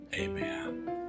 Amen